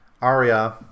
aria